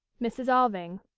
mrs. alving.